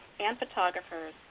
and photographers,